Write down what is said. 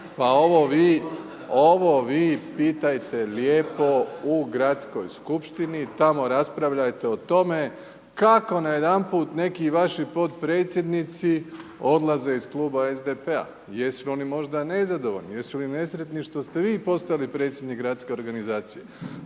Pa ovo vi pitajte lijepo u Gradskoj skupštini, tamo raspravljajte o tome kako najedanput neki vaši potpredsjednici odlaze iz kluba SDP-a. Jesu li oni možda nezadovoljni? Jesu li nesretni što ste vi postali predsjednik gradske organizacije,